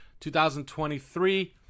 2023